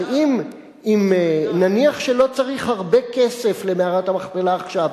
אבל אם נניח שלא צריך הרבה כסף למערת המכפלה עכשיו,